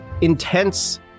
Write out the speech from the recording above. intense